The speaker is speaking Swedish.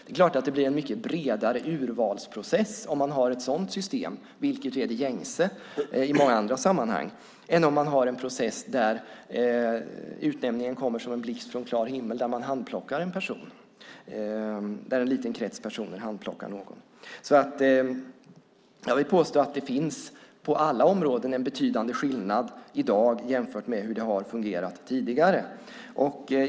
Det är klart att det blir en mycket bredare urvalsprocess om man har ett sådant system - vilket ju är det gängse i många andra sammanhang - än om man har en process där en liten krets personer handplockar en person och utnämningen kommer som en blixt från klar himmel. Jag vill påstå att det på alla områden finns en betydande skillnad i dag jämfört med hur det har fungerat tidigare.